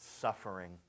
suffering